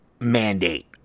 mandate